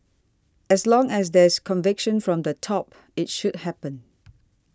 as long as there's conviction from the top it should happen